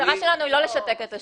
המטרה שלנו היא לא לשתק את השוק.